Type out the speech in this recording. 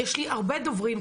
יש לי הרבה דוברים,